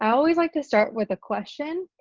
always like to start with a question.